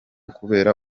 kubera